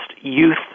youth